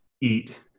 eat